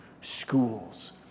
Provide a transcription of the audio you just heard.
schools